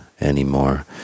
anymore